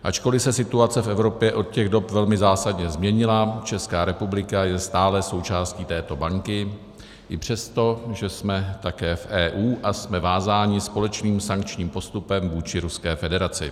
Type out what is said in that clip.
Ačkoliv se situace v Evropě od těch dob velmi zásadně změnila, Česká republika je stále součástí této banky i přesto, že jsme také v EU a jsme vázáni společným sankčním postupem vůči Ruské federaci.